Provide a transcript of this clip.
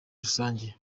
rusange